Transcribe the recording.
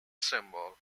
symbol